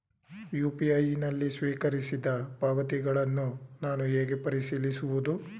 UPI ನಲ್ಲಿ ಸ್ವೀಕರಿಸಿದ ಪಾವತಿಗಳನ್ನು ನಾನು ಹೇಗೆ ಪರಿಶೀಲಿಸುವುದು?